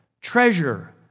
treasure